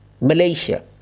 Malaysia